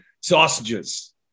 sausages